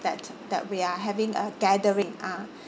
that that we are having a gathering ah